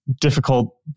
difficult